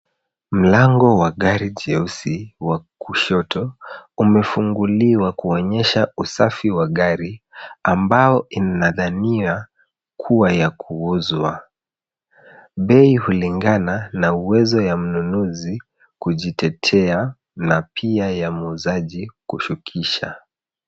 Mlango wa gari jeusi wa kushoto umefunguliwa kuonyesha usafi wa gari ambayo inadhaniwa kuwa ya kuuzwa. Bei hulingana na uwezo ya mnunuzi kujitetea na pia ya muuzaji kushukisha.